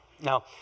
Now